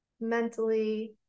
mentally